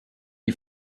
you